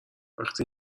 وقتی